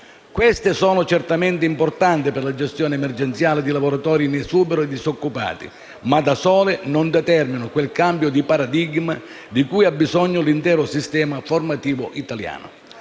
Queste sono certamente importanti per la gestione emergenziale di lavoratori in esubero e disoccupati, ma da sole non determinano quel cambio di paradigma di cui ha bisogno l’intero sistema formativo italiano.